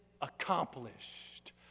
accomplished